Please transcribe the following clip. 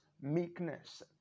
meekness